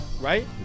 right